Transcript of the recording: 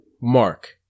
Mark